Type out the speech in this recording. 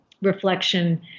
reflection